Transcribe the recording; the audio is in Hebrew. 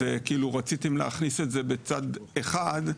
אז, רציתם להכניס את זה בצד אחד,